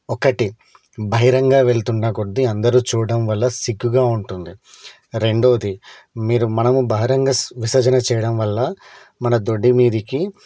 ఒకటి బహిరంగగా వెళ్తున్న కొద్ది అందరు చూడడం వల్ల సిగ్గుగా ఉంటుంది రెండవది మీరు మనము బహిరంగ స్ విసర్జన చేయడం వల్ల మన దొడ్డి మీద